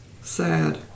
Sad